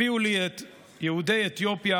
"הביאו לי את יהודי אתיופיה",